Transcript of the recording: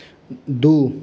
दू